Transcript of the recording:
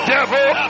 Devil